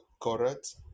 correct